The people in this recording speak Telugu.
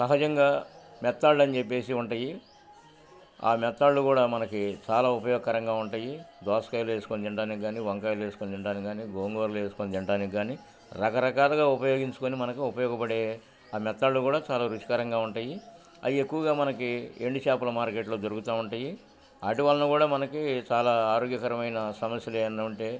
సహజంగా మెత్తాడ్ అని చెప్పేసి ఉంటాయి ఆ మెత్తాడ్లు కూడా మనకి చాలా ఉపయోగకరంగా ఉంటాయి దోసకాయలు ఏసుకొని తిినడానికి గానీ వంకాయలు ఏసుకొని తినడానికి గానీ గోంగూరర్లు వసుకొని తినడానికి గానీ రకరకాలుగా ఉపయోగించుకొని మనకి ఉపయోగపడే ఆ మెత్తాడ్లు కూడా చాలా రుచికరంగా ఉంటాయి అవి ఎక్కువగా మనకి ఎండు చేాపల మార్కెట్లో దొరుకుతా ఉంటాయి అటివలన కూడా మనకి చాలా ఆరోగ్యకరమైన సమస్యలు ఏన్నంటే